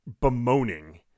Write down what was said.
bemoaning